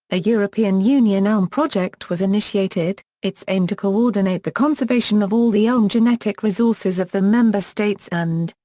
a european union elm project was initiated, its aim to coordinate the conservation of all the elm genetic resources of the member states and,